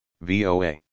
VOA